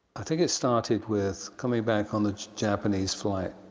i think it started with coming back on the japanese flight.